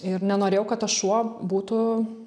ir nenorėjau kad tas šuo būtų